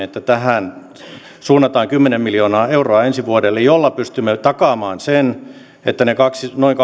että tähän suunnataan kymmenen miljoonaa euroa ensi vuodelle millä pystymme takaamaan sen että niiden noin